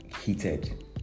heated